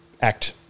act